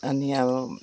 अनि अब